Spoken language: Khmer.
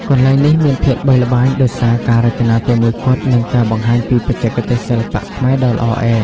កន្លែងនេះមានភាពល្បីល្បាញដោយសារការរចនាតែមួយគត់ និងការបង្ហាញពីបច្ចេកទេសសិល្បៈខ្មែរដ៏ល្អឯក។